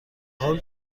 حال